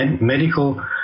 medical